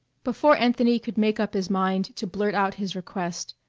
before anthony could make up his mind to blurt out his request,